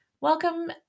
Welcome